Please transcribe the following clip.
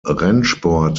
rennsport